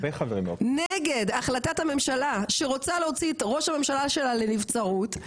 נגד החלטת הממשלה שרוצה להוציא את ראש הממשלה שלה לנבצרות,